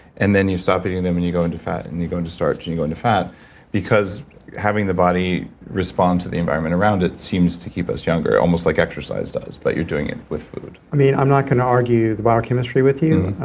and then you stop eating them and you go into fat, and you go into starch, and you go into fat because having the body respond to the environment around it seems to keep us younger, almost like exercise does but you're doing it with food i'm not going to argue the biochemistry with you.